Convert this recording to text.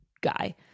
guy